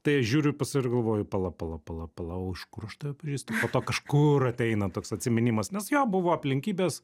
tai aš žiūriu pas save ir galvoju pala pala pala pala o iš kur aš tave pažįstu po to kažkur ateina toks atsiminimas nes jo buvo aplinkybės